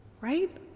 right